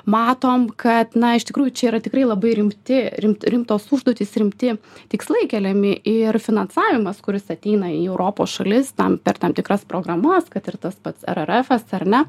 matom kad na iš tikrųjų čia yra tikrai labai rimti rimti rimtos užduotys rimti tikslai keliami ir finansavimas kuris ateina į europos šalis tam per tam tikras programas kad ir tas pats rrfas ar ne